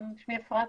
שמי אפרת,